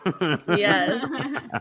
Yes